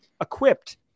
equipped